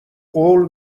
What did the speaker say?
قول